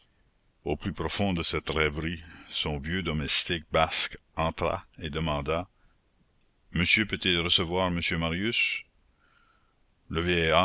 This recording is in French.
au plus profond de cette rêverie son vieux domestique basque entra et demanda monsieur peut-il recevoir monsieur marius le